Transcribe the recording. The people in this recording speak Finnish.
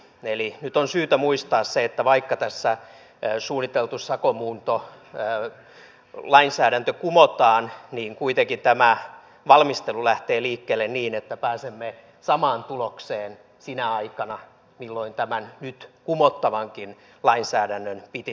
eli nyt on syytä muistaa se että vaikka tässä suunniteltu sakon muuntolainsäädäntö kumotaan niin kuitenkin tämä valmistelu lähtee liikkeelle niin että pääsemme samaan tulokseen sinä aikana milloin tämän nyt kumottavankin lainsäädännön piti tulla voimaan